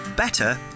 BETTER